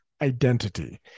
identity